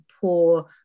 poor